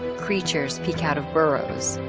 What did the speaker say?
creatures peek out of burrows,